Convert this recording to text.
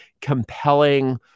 compelling